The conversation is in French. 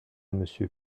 monsieur